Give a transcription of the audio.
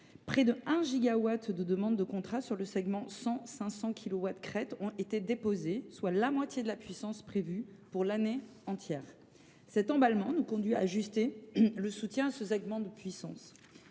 près de 1 gigawatt de demandes de contrat sur le segment 100 500 kilowatt crête ont été déposées, soit la moitié de la puissance prévue pour l’année entière. Cet emballement nous conduit à ajuster le soutien à ce segment de puissance.